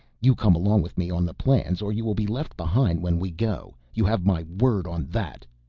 you come along with me on the plans or you will be left behind when we go. you have my word on that.